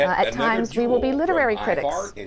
at times we will be literary critics.